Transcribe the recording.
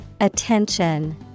Attention